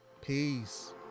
peace